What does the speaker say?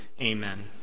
Amen